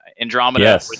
Andromeda